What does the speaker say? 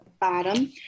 bottom